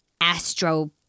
astro